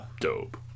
dope